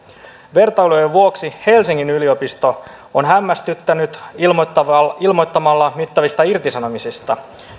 vertailujen vuoksi helsingin yliopisto on hämmästyttänyt ilmoittamalla ilmoittamalla mittavista irtisanomisista